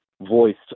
voiced